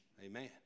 Amen